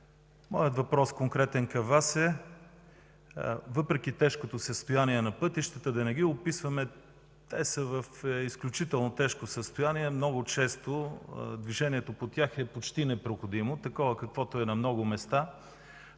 ми въпрос към Вас е: въпреки тежкото състояние на пътищата, да не ги описваме, те са в изключително тежко състояние. Много често движението по тях е почти непроходимо, каквото е на много места.